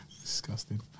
Disgusting